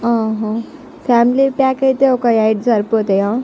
ఆహా family pack అయితే ఒక ఎయిట్ సరిపోతాయా